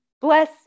bless